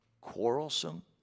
quarrelsome